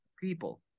people